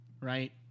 right